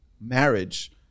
marriage